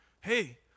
Hey